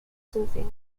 soothing